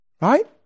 Right